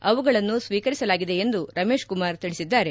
ಅವುಗಳನ್ನು ಸ್ವೀಕರಿಸಲಾಗಿದೆ ಎಂದು ರಮೇಶ್ಕುಮಾರ್ ತಿಳಿಸಿದ್ದಾರೆ